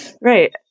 right